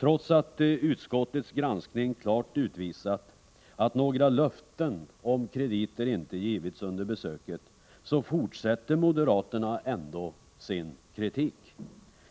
Trots att utskottets granskning klart utvisat att några löften om krediter inte givits under besöket, så fortsätter moderaterna ändå sin kritik.